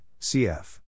cf